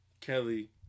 Kelly